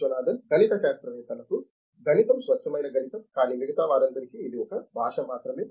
విశ్వనాథన్ గణిత శాస్త్రవేత్తలకు గణితంస్వచ్ఛమైన గణితం కానీ మిగతా వారందరికీ ఇది ఒక భాష మాత్రమే